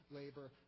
labor